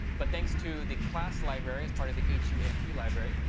but thanks to the class libraries, part of the h u m p library,